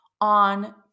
on